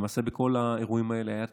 למעשה, בכל האירועים האלה היה טיפול,